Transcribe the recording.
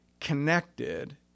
connected